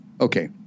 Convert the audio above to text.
Okay